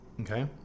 Okay